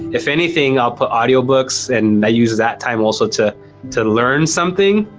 if anything i'll put audio books and i use that time also to to learn something.